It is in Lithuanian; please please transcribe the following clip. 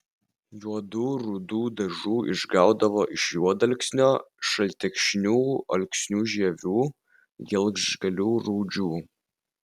juodų rudų dažų išgaudavo iš juodalksnio šaltekšnių alksnių žievių gelžgalių rūdžių